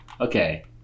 Okay